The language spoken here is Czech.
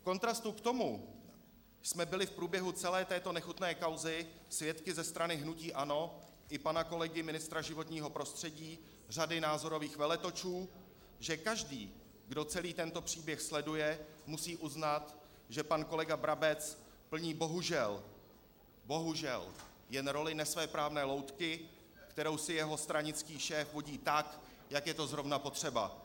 V kontrastu k tomu jsme byli v průběhu celé této nechutné kauzy svědky ze strany hnutí ANO i pana kolegy ministra životního prostředí řady názorových veletočů, že každý, kdo celý tento příběh sleduje, musí uznat, že pan kolega Brabec plní bohužel bohužel jen roli nesvéprávné loutky, kterou si jeho stranický šéf vodí tak, jak je to zrovna potřeba.